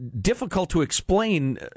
difficult-to-explain